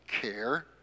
care